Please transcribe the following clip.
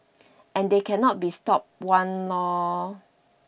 and they cannot be stopped one lord